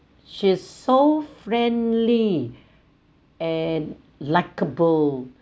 she's so friendly and likable